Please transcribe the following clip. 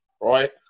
right